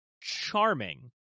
charming